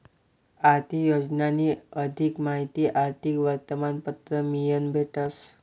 आर्थिक योजनानी अधिक माहिती आर्थिक वर्तमानपत्र मयीन भेटस